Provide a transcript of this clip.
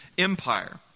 empire